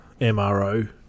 MRO